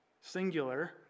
singular